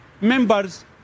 members